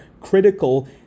critical